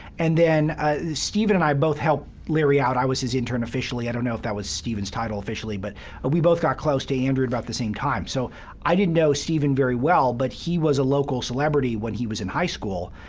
and then ah stephen and i both helped larry out i was his intern officially. i don't know if that was stephen's title officially, but we both got close to andrew at about the same time. so i didn't know stephen very well, but he was a local celebrity when he was in high school,